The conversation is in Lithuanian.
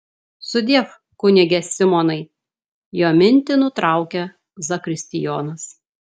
sudiev kunige simonai jo mintį nutraukia zakristijonas